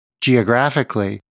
Geographically